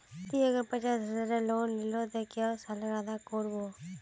ती अगर पचास हजारेर लोन लिलो ते कै साले अदा कर बो?